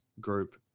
group